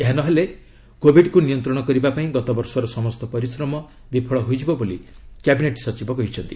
ଏହା ନ ହେଲେ କୋବିଡ୍କୁ ନିୟନ୍ତ୍ରଣ କରିବା ପାଇଁ ଗତବର୍ଷର ସମସ୍ତ ପରିଶ୍ରମ ବିଫଳ ହୋଇଯିବ ବୋଲି କ୍ୟାବିନେଟ୍ ସଚିବ କହିଛନ୍ତି